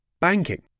Banking